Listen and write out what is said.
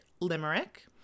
limerick